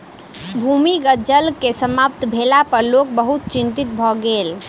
भूमिगत जल के समाप्त भेला पर लोक बहुत चिंतित भ गेल